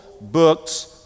books